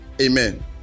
Amen